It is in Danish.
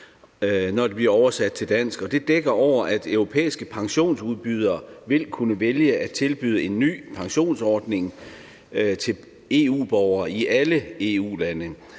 når det bliver oversat til dansk, og det dækker over, at europæiske pensionsudbydere vil kunne vælge at tilbyde en ny pensionsordning til EU-borgere i alle EU-lande.